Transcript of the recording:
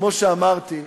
כמו שאמרתי,